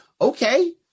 Okay